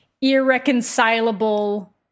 irreconcilable